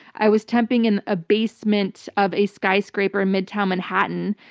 i was temping in a basement of a skyscraper in midtown manhattan,